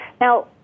Now